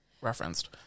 referenced